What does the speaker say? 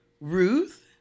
Ruth